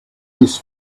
his